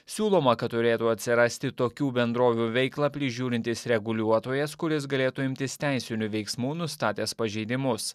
siūloma kad turėtų atsirasti tokių bendrovių veiklą prižiūrintis reguliuotojas kuris galėtų imtis teisinių veiksmų nustatęs pažeidimus